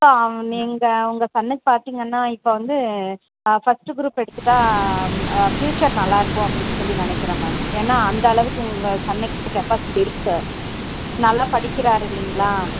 so நீங்கள் உங்கள் சன்னுக்கு பார்த்தீங்கன்னா இப்போ வந்து ஃபஸ்ட்டு குரூப் எடுத்துட்டா ஃபியூச்சர் நல்லாயிருக்கும் அப்படின்னு சொல்லி நெனைக்கிறேன் மேம் ஏன்னா அந்த அளவுக்கு உங்கள் சன்னுக்கு கெப்பாசிட்டி இருக்குது நல்லா படிக்கிறார் இல்லைங்களா